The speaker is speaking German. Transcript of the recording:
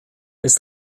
ist